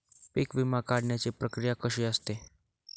पीक विमा काढण्याची प्रक्रिया कशी असते?